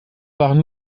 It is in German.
waren